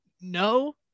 no